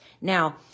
Now